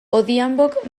odhiambok